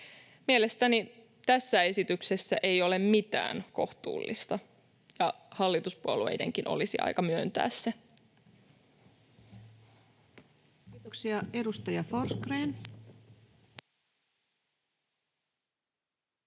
Mielestäni tässä esityksessä ei ole mitään kohtuullista, ja hallituspuolueidenkin olisi aika myöntää se. [Speech 181] Speaker: